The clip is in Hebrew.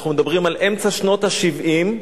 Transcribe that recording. אנחנו מדברים על אמצע שנות ה-70.